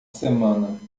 semana